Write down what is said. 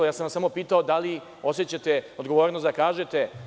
Ja sam vas samo pitao da li osećate odgovornost da kažete?